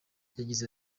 yagize